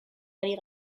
ari